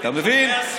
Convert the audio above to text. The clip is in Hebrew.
אתה מבין?